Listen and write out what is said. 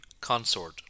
consort